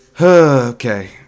okay